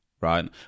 right